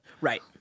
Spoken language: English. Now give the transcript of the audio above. Right